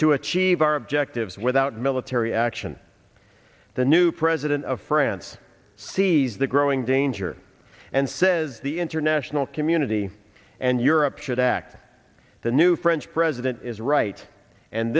to achieve our objectives without military action the new president of france sees the growing danger and says the international community and europe should act the new french president is right and